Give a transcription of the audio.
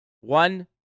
One